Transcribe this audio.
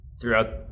throughout